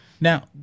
Now